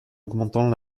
augmentant